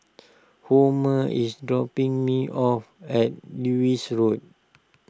Homer is dropping me off at Lewis Road